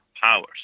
powers